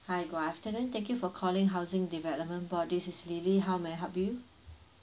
hi good afternoon thank you for calling housing development board this is lily how may I help you